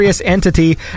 entity